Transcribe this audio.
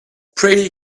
pretty